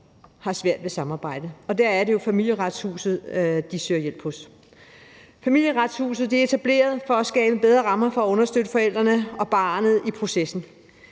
har svært ved at samarbejde. Der er det jo Familieretshuset, de søger hjælp hos. Familieretshuset er etableret for at skabe bedre rammer til at understøtte forældrene og barnet i processen.